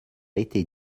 été